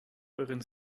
euren